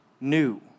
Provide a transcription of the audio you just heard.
new